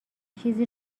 چیزی